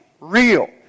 real